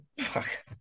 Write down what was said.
Fuck